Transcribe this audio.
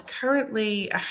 currently